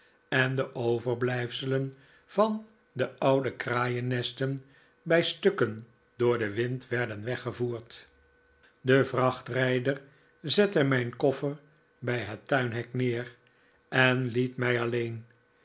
en de overblijfselen van de oude kraaiennesten bij stukken door den wind werden weggevoerd de vrachtrijder zette mijn koffer bij het tuinhek neer en liet mij alleen